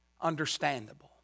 understandable